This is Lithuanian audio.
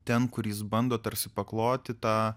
ten kur jis bando tarsi pakloti tą